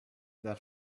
that